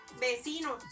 vecinos